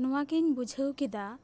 ᱱᱚᱣᱟ ᱜᱮᱧ ᱵᱩᱡᱷᱟᱹᱣ ᱠᱮᱫᱟ